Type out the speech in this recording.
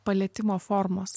palietimo formos